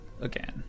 again